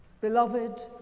Beloved